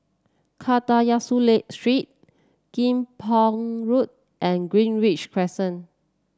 Kadayanallur Street Kim Pong Road and Greenridge Crescent